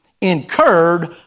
incurred